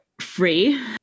free